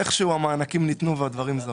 איכשהו המענקים ניתנו והדברים זרמו.